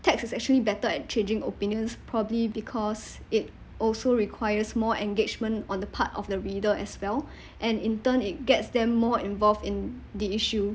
text is actually better at changing opinions probably because it also requires more engagement on the part of the reader as well and in turn it gets them more involved in the issue